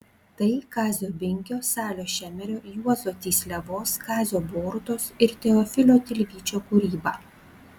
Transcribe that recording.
tai kazio binkio salio šemerio juozo tysliavos kazio borutos ir teofilio tilvyčio kūryba